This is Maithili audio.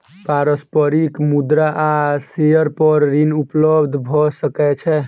पारस्परिक मुद्रा आ शेयर पर ऋण उपलब्ध भ सकै छै